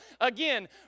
again